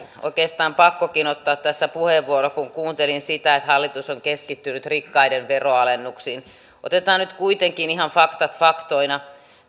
oikeastaan pakkokin ottaa tässä puheenvuoro kun kuuntelin sitä että hallitus on keskittynyt rikkaiden veronalennuksiin otetaan nyt kuitenkin ihan faktat faktoina